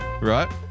right